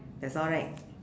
that's all right